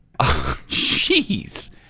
Jeez